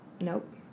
Nope